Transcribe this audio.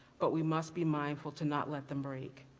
but we must be mindful to not let them break.